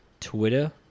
Twitter